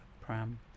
pram